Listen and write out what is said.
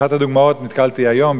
באחת הדוגמאות נתקלתי היום,